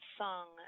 song